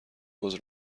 عذر